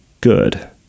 good